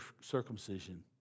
circumcision